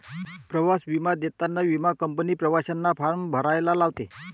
प्रवास विमा देताना विमा कंपनी प्रवाशांना फॉर्म भरायला लावते